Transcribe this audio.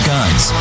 Guns